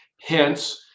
Hence